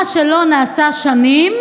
מה שלא נעשה שנים,